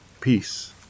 peace